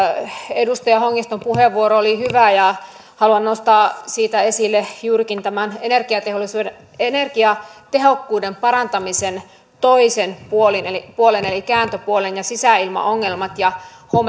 edustaja hongiston puheenvuoro oli hyvä ja haluan nostaa siitä esille juurikin tämän energiatehokkuuden energiatehokkuuden parantamisen toisen puolen eli kääntöpuolen ja sisäilmaongelmat ja